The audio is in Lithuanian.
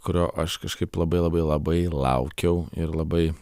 kurio aš kažkaip labai labai labai laukiau ir labai